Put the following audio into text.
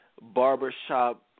barbershop